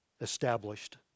established